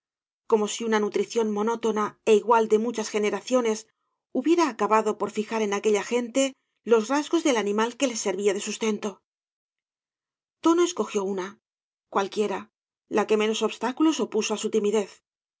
como si una nutrición monótona é igual de muchas generaciones hubiera acabado por fijar en aquella gente los rasgos del animal que les servía de sustento tono escogió una cualquiera la que menos obstáculos opuso á su timidez